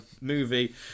movie